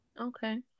Okay